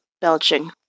Belching